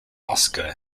moscow